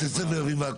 בתי ספר והכול.